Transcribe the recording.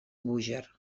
búger